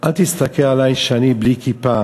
אל תסתכל עלי שאני אדם בלי כיפה.